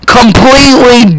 completely